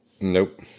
Nope